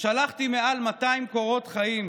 שלחתי מעל 200 קורות חיים,